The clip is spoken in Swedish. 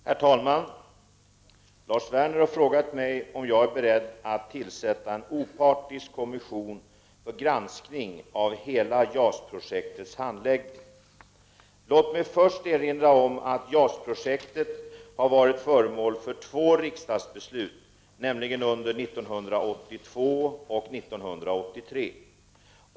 Herr talman! Lars Werner har frågat mig om jag är beredd att tillsätta en opartisk kommission för granskning av hela JAS-projektets handläggning. Låt mig först erinra om att JAS-projektet har varit föremål för två riksdagsbeslut, nämligen under 1982 och 1983.